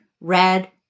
red